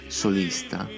solista